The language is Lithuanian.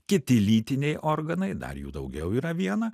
kiti lytiniai organai dar daugiau yra viena